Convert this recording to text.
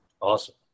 Awesome